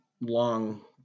long